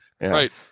Right